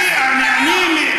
תאמין לי,